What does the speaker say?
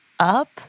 Up